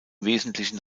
wesentlichen